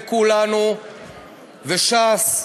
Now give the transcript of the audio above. וכולנו וש"ס.